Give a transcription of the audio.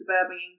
suburban